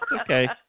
Okay